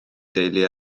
deulu